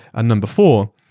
ah number four,